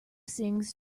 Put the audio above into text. sings